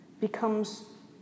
becomes